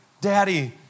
daddy